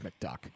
McDuck